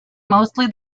mostly